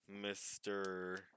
Mr